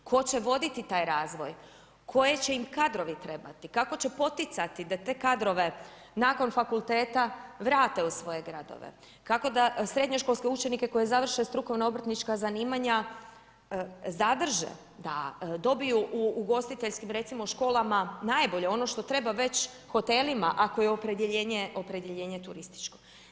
Tko će voditi taj razvoj, koji će im kadrovi trebati, kako će poticati da te kadrove nakon fakulteta vrate u svoje gradove, kako da srednjoškolske učenike koji završne strukovno-obrtnička zanimanja zadrže, da dobiju u ugostiteljskim, recimo školama najbolje, ono što treba već hotelima, ako je opredjeljenje turističko.